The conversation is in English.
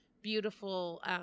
beautiful